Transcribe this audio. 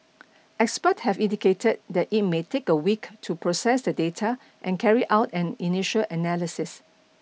expert have indicated that it may take a week to process the data and carry out an initial analysis